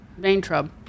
Vaintrub